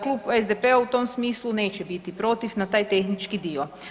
Klub SDP-a u tom smislu neće biti protiv na taj tehnički dio.